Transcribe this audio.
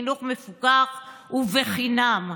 חינוך מפוקח וחינם.